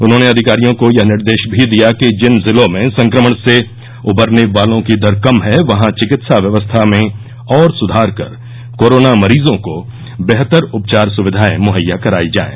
उन्होंने अधिकारियों को यह निर्देश भी दिया कि जिन जिलों में संक्रमण से उबरने वालों की दर कम है वहां चिकित्सा व्यवस्था में और सुधार कर कोरोना मरीजों को बेहतर उपचार सुविधाए मुहैया कराई जाएं